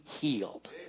healed